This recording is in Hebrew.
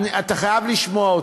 אתה חייב לשמוע אותי,